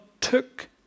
took